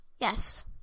yes